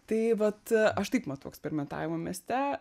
tai vat aš taip matau eksperimentavimą mieste